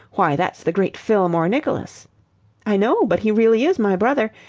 why, that's the great fillmore nicholas i know. but he really is my brother.